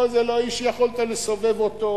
זה לא איש שיכולת לסובב אותו,